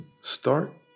start